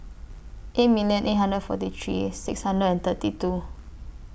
eight million eight hundred forty three six hundred and thirty two